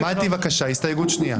מטי, בבקשה, הסתייגות שנייה.